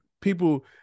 people